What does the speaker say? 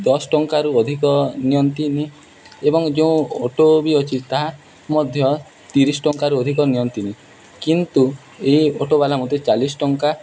ଦଶ୍ ଟଙ୍କାରୁ ଅଧିକ ନିଅନ୍ତିନି ଏବଂ ଯେଉଁ ଅଟୋ ବି ଅଛି ତାହା ମଧ୍ୟ ତିରିଶ୍ ଟଙ୍କାରୁ ଅଧିକ ନିଅନ୍ତିନି କିନ୍ତୁ ଏ ଅଟୋବାଲା ମୋତେ ଚାଳିଶ୍ ଟଙ୍କା